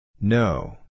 No